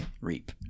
reap